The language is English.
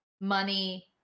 money